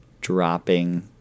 dropping